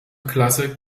klasse